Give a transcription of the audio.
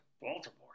Baltimore